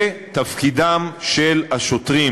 זה תפקידם של השוטרים,